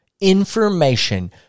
information